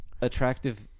attractive